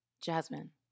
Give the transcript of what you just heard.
Jasmine